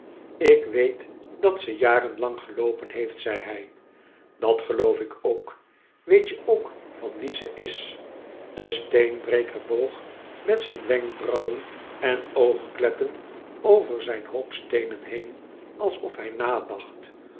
ik weet dat ze jarenlang geloopen heeft zei hij dat geloof ik ook weet je ook van wien ze is de steenbreker boog met zijne wenkbrauwen en oogkleppen over zijn hoop steenen heen alsof hij nadacht